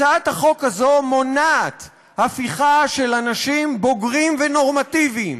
הצעת החוק הזאת מונעת הפיכה של אנשים בוגרים ונורמטיביים